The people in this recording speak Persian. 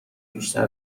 بیشتر